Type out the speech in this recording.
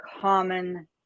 common